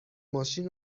ماشین